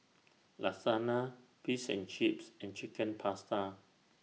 Lasagna Fish and Chips and Chicken Pasta